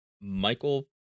Michael